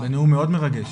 בנאום מאוד מרגש.